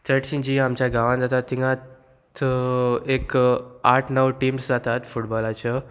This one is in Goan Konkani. चडशी जी आमच्या गांवांत जाता थिंगाच एक आठ णव टिम्स जातात फुटबॉलाच्यो